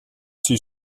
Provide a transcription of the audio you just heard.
sie